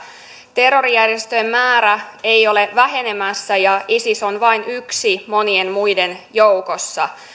terrorijärjestöjen määrä ei ole vähenemässä ja isis on vain yksi monien muiden joukossa